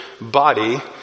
body